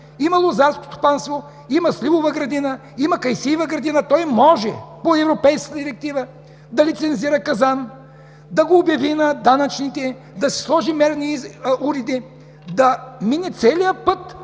има лозарско стопанство, има сливова градина, има кайсиева градина, по Европейската директива може да лицензира казан, да го обяви на данъчните, да си сложи мерни уреди, да измине целия път